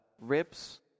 ribs